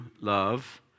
love